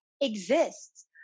exists